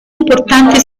importanti